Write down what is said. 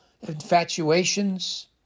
infatuations